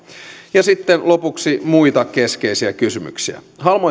ja sitten lopuksi muita keskeisiä kysymyksiä